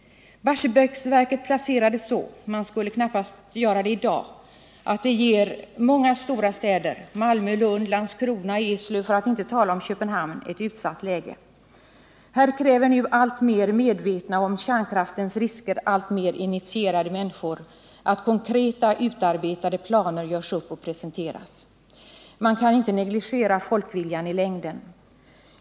Barsebäcksverket placerades så, man skulle knappast göra det felet i dag, att det ger många stora städer, Malmö, Lund, Landskrona, Eslöv — för att inte tala om Köpenhamn -— ett utsatt läge. Här kräver nu alltmer medvetna och om kärnkraftens risker alltmer initierade människor att konkreta, utarbetade planer görs upp och presenteras. Man kan inte negligera folkviljan i längden.